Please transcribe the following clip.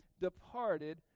departed